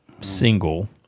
single